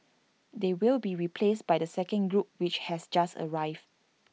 they will be replaced by the second group which has just arrived